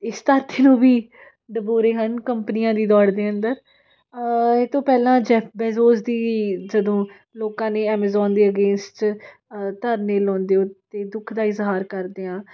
ਇਸ ਧਰਤੀ ਨੂੰ ਵੀ ਡੁਬੋ ਰਹੇ ਹਨ ਕੰਪਨੀਆਂ ਦੀ ਦੌੜ ਦੇ ਅੰਦਰ ਇਹ ਤੋਂ ਪਹਿਲਾਂ ਜੈਫ ਬੇਜੋਸ ਦੀ ਜਦੋਂ ਲੋਕਾਂ ਨੇ ਐਮੇਜ਼ੋਨ ਦੇ ਅਗੇਂਨਸਟ ਧਰਨੇ ਲਾਉਂਦੇ ਹੋ ਅਤੇ ਦੁੱਖ ਦਾ ਇਜ਼ਹਾਰ ਕਰਦਿਆਂ